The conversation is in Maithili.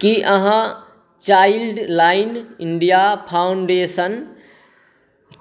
की अहाँ चाइल्डलाइन इण्डिया फाउंडेशन